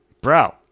bro